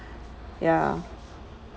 ya